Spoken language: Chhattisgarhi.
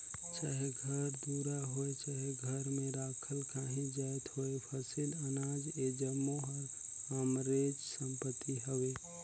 चाहे घर दुरा होए चहे घर में राखल काहीं जाएत होए फसिल, अनाज ए जम्मो हर हमरेच संपत्ति हवे